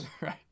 Right